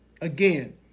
Again